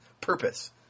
purpose